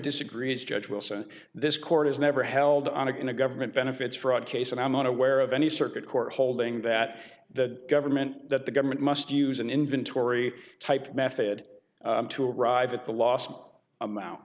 disagrees judge wilson this court has never held on a government benefits fraud case and i'm not aware of any circuit court holding that the government that the government must use an inventory type method to arrive at the last amount